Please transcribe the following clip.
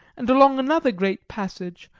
and along another great passage,